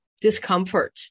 discomfort